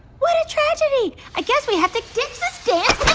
what a tragedy! i guess we have to ditch this dance